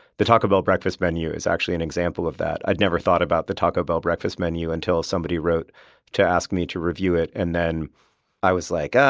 the taco bell breakfast menu is actually an example of that. i'd never thought about the taco bell breakfast menu until somebody wrote to ask me to review it and then i was like,